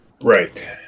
Right